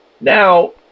Now